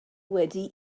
wedi